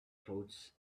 cloth